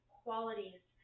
qualities